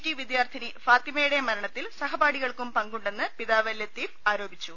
T വിദ്യാർത്ഥിനി ഫാത്തിമയുടെ മരണത്തിൽ സഹപാ ഠികൾക്കും പങ്കുണ്ടെന്ന് പിതാവ് ലത്തീഫ് ആരോപിച്ചു